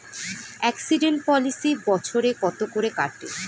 Accident policy বছরে কত করে কাটে?